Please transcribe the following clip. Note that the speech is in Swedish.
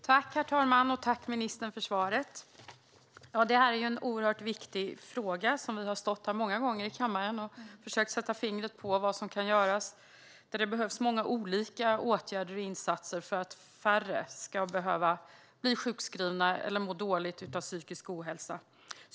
Herr talman! Tack, ministern, för svaret! Det här är en oerhört viktig fråga. Vi har många gånger stått här i kammaren och försökt sätta fingret på vad som kan göras, då det behövs många olika åtgärder och insatser för att färre ska behöva bli sjukskrivna eller må dåligt av psykisk ohälsa.